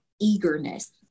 eagerness